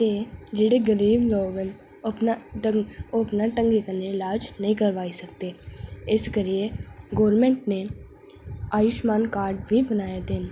एह् जेहडे गरीब लोक ना ओह् अपना ढंगै कन्नै इलाज नेईं करबाई सकदा इस करियै गौरमैंट ने आयुशमान कार्ड बी बनाए दे ना